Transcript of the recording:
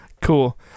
cool